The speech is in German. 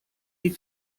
die